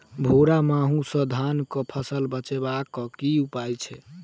भूरा माहू सँ धान कऽ फसल बचाबै कऽ की उपाय छै?